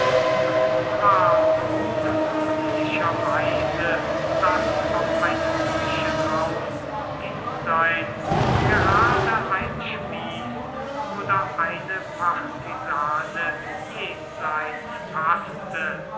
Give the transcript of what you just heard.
und zwar so künstlicher weise daß auf einen zwischenraum diesseits gerade ein spieß oder eine partisane jenseits paßte